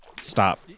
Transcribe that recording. Stop